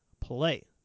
play